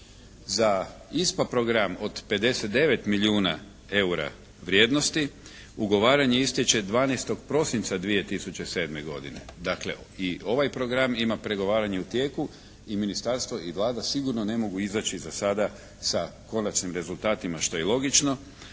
Za ISPA program od 59 milijuna eura vrijednosti ugovaranje istječe 12. prosinca 2007. godine. Dakle, i ovaj program ima pregovaranje u tijeku i ministarstvo i Vlada sigurno ne mogu izaći za sada sa konačnim rezultatima što je i logično